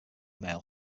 mail